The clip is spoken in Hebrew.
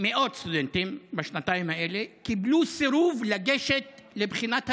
מאות סטודנטים בשנתיים האלה קיבלו סירוב לגשת לבחינת הרישוי.